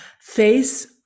face